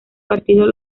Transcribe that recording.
partidos